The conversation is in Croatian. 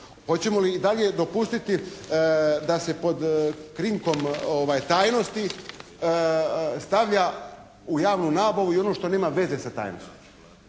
Hoćemo li i dalje dopustiti da se pod krinkom tajnosti stavlja u javnu nabavu i ono što nema veze sa tajnosti.